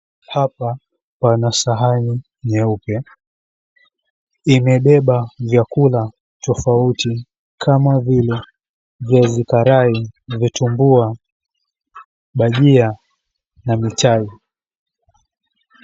Hapa pana sahani nyeupe, imebeba vyakula tofauti kama vile viazi karai, vitumbua, bhajia na mintai.